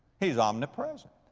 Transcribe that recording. he's omnipresent,